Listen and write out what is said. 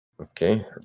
Okay